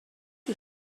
you